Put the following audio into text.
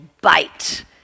bite